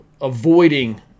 avoiding